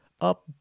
up